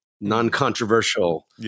non-controversial